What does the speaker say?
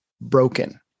broken